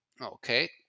Okay